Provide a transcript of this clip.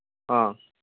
ꯑꯥ